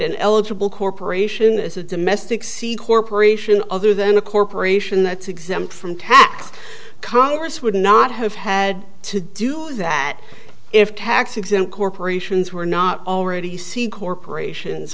an eligible corporation as a domestic c corporation other than a corporation that's exempt from tax congress would not have had to do that if tax exempt corporations were not already seeing corporations